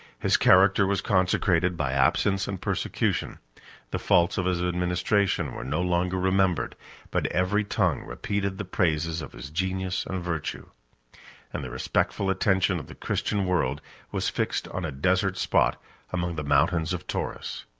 his character was consecrated by absence and persecution the faults of his administration were no longer remembered but every tongue repeated the praises of his genius and virtue and the respectful attention of the christian world was fixed on a desert spot among the mountains of taurus.